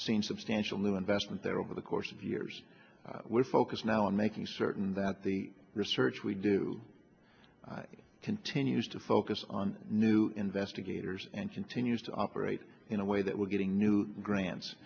seen substantial new investment there over the course of years we're focused now on making certain that the research we do continues to focus on new investigators and continues to operate in a way that we're getting new grants